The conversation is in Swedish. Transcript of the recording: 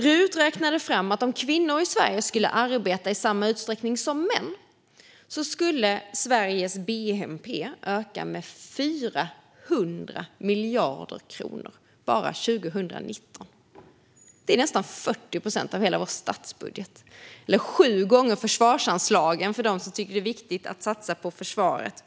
RUT räknande fram att om kvinnor i Sverige skulle arbeta i samma utsträckning som män skulle Sveriges bnp öka med 400 miljarder kronor bara 2019. För att nämna två exempel är det nästan 40 procent av hela vår statsbudget eller sju gånger försvarsanslagen, för dem som tycker att det är viktigt att satsa på försvaret.